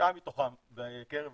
תשעה מתוכם בקרב